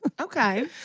Okay